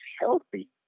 healthy